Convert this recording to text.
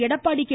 Edappadi K